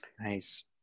Nice